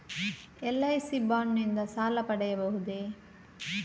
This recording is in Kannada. ಎಲ್.ಐ.ಸಿ ಬಾಂಡ್ ನಿಂದ ಸಾಲ ಪಡೆಯಬಹುದೇ?